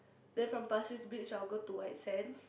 then from Pasir Ris Beach I'll go to White Sands